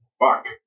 Fuck